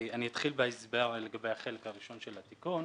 אני אתחיל בהסבר לגבי החלק הראשון של התיקון.